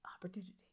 opportunity